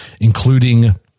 including